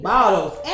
Bottles